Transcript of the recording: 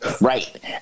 Right